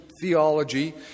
theology